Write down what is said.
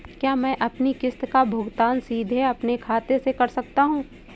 क्या मैं अपनी किश्त का भुगतान सीधे अपने खाते से कर सकता हूँ?